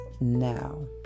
Now